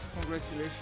Congratulations